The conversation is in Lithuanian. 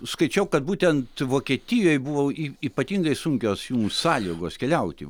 skaičiau kad būtent vokietijoj buvo y ypatingai sunkios jums sąlygos keliauti